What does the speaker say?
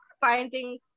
finding